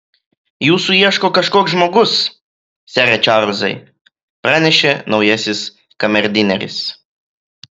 jūsų ieško kažkoks žmogus sere čarlzai pranešė naujasis kamerdineris